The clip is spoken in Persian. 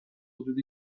حدود